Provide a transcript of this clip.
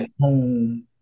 home